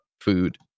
food